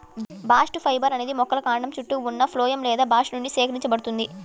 bast fibre అనేది మొక్కల కాండం చుట్టూ ఉన్న ఫ్లోయమ్ లేదా బాస్ట్ నుండి సేకరించబడుతుంది